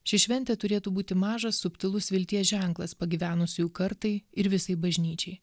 ši šventė turėtų būti mažas subtilūs vilties ženklas pagyvenusiųjų kartai ir visai bažnyčiai